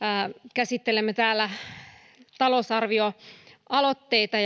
käsittelemme täällä talousarvioaloitteita